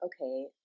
okay